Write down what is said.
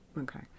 Okay